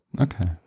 Okay